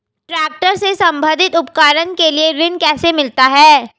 Tractor से संबंधित उपकरण के लिए ऋण कैसे मिलता है?